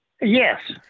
yes